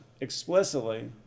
explicitly